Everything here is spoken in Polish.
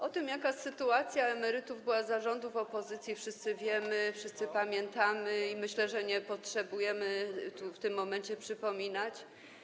O tym, jaka sytuacja emerytów była za rządów opozycji, wszyscy wiemy, wszyscy pamiętamy, i myślę, że nie potrzebujemy tu, w tym momencie, tego przypominać.